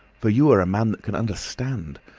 for you are a man that can understand.